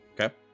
Okay